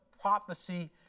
prophecy